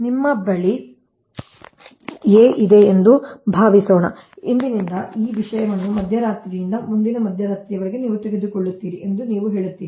ನಿಮ್ಮ ಬಳಿ a ಇದೆ ಎಂದು ಭಾವಿಸೋಣ ಇಂದಿನಿಂದ ಈ ವಿಷಯವನ್ನು ಮಧ್ಯರಾತ್ರಿಯಿಂದ ಮುಂದಿನ ಮಧ್ಯರಾತ್ರಿಯವರೆಗೆ ನೀವು ತೆಗೆದುಕೊಳ್ಳುತ್ತೀರಿ ಎಂದು ನೀವು ಹೇಳುತ್ತೀರಿ